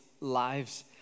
lives